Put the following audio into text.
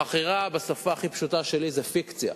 החכירה, בשפה הכי פשוטה שלי, היא פיקציה.